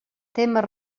temes